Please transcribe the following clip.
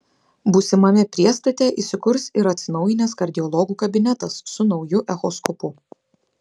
būsimame priestate įsikurs ir atsinaujinęs kardiologų kabinetas su nauju echoskopu